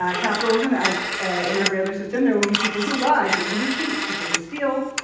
ah capitalism, as in every other system, there will be people who lie, people who cheat, people who steal.